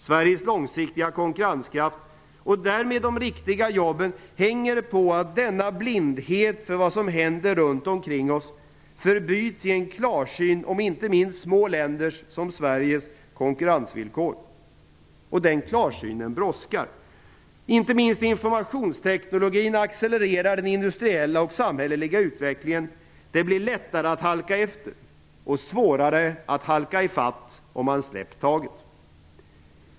Sveriges långsiktiga konkurrenskraft, och därmed de riktiga jobben, hänger på att denna blindhet för vad som händer runt omkring oss förbyts i en klarsyn om inte minst små länders, som Sverige, konkurrensvillkor. Och klarsynen brådskar. Inte minst informationsteknologin accelererar den industriella och samhälleliga utvecklingen. Det blir lättare att halka efter och svårare att halka i kapp om man släppt taget.